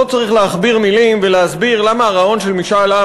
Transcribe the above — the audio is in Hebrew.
לא צריך להכביר מילים ולהסביר למה הרעיון של משאל עם